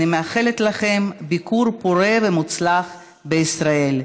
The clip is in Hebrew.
אני מאחלת לכם ביקור פורה ומוצלח בישראל.